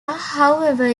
however